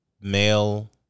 male